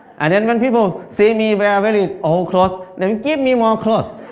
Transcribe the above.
and and when people see me wear very old clothes, they give me more clothes.